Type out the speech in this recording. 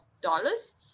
dollars